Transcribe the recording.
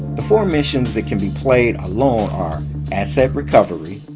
the four missions that can be played alone are asset recovery,